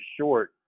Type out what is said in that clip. short